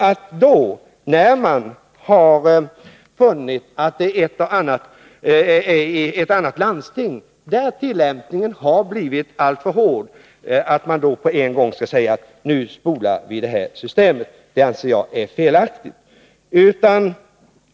Att man sedan funnit att tillämpningen av det i ett och annat landsting blivit alltför hård får inte betyda att man genast skall vara beredd att förkasta systemet. Det anser jag vara felaktigt.